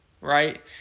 right